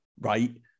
right